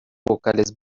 vocales